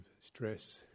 stress